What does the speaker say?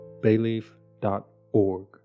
bayleaf.org